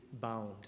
bound